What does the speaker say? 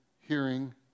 hearing